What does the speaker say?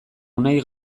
unai